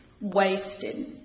wasted